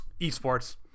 esports